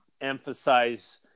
emphasize